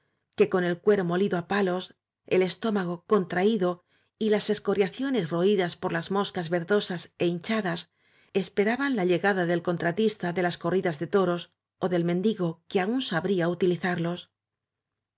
que con el cuero molido á palos el estómago contraído y las escoriaciones roídas por las moscas verdosas é hinchadas esperaban la llegada del con tratista de las corridas de toros ó del mendigo que aún sabría utilizarlos